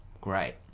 Great